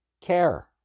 care